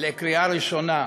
לקריאה ראשונה,